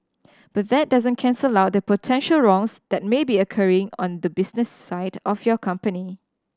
but that doesn't cancel out the potential wrongs that may be occurring on the business side of your company